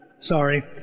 Sorry